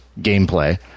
gameplay